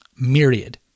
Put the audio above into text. Myriad